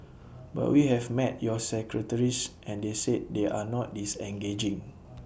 but we have met your secretaries and they said they are not disengaging